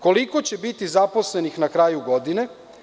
Koliko će biti zaposlenih na kraju godine?